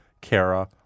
Kara